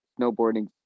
snowboarding